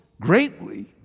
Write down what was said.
greatly